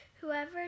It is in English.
whoever